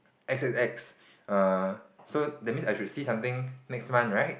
X X X err so that means I should see something next month right